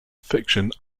fiction